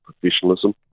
professionalism